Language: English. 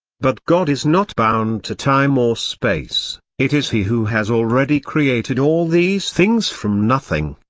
but god is not bound to time or space it is he who has already created all these things from nothing.